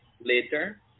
later